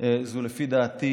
לפי דעתי